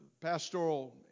pastoral